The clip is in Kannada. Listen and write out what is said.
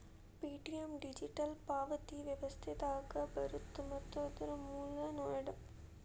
ಪೆ.ಟಿ.ಎಂ ಡಿಜಿಟಲ್ ಪಾವತಿ ವ್ಯವಸ್ಥೆದಾಗ ಬರತ್ತ ಮತ್ತ ಇದರ್ ಮೂಲ ನೋಯ್ಡಾ